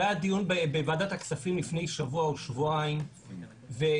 היה דיון בוועדת הכספים לפני שבוע או שבועיים והכשלים